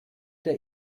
der